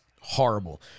horrible